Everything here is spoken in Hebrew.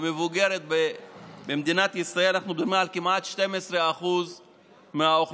המבוגרת במדינת ישראל אנחנו מדברים כמעט על 12% מהאוכלוסייה,